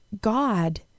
God